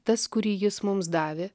tas kurį jis mums davė